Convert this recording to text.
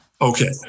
Okay